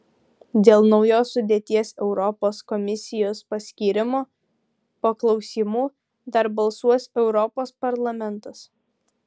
dėl naujos sudėties europos komisijos paskyrimo po klausymų dar balsuos europos parlamentas